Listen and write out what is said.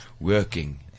working